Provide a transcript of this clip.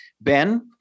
Ben